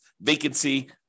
vacancy